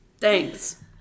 Thanks